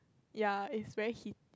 ya it's very heaty